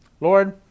lord